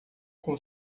com